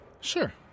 Sure